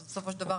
בסופו של דבר,